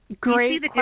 Great